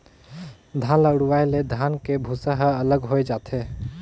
धान ल उड़वाए ले धान के भूसा ह अलग होए जाथे